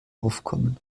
aufkommen